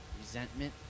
Resentment